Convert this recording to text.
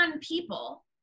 people